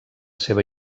seva